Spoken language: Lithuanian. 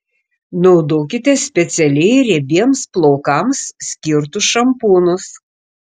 naudokite specialiai riebiems plaukams skirtus šampūnus